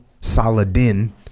Saladin